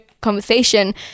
conversation